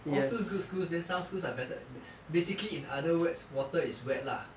all schools good schools then some schools are better b~ basically in other words water is wet lah